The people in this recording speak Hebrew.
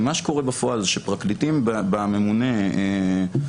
אם מה שקורה בפועל זה שפרקליטים בממונה מקנים